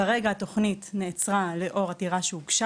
כרגע התוכנית נעצרה לאור עתירה שהוגשה